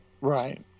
right